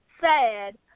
sad